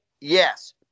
Yes